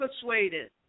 persuaded